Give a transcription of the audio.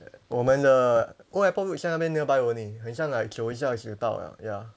我们的 old airport road 在那边 nearby only 很像 like 走一下子到了 ya